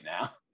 now